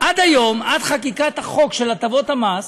עד היום, עד חקיקת החוק של הטבות המס,